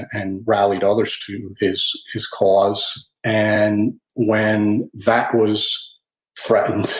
and rallied others to his his cause, and when that was threatened,